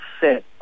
set